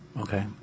Okay